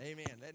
Amen